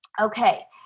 Okay